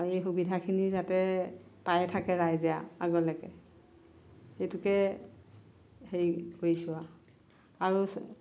আৰু এই সুবিধাখিনি যাতে পাইয়ে থাকে ৰাইজে আৰু আগলৈকে সেইটোকে হেৰি কৰিছোঁ আৰু আৰু